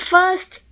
First